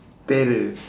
terror